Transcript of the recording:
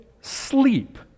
sleep